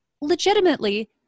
legitimately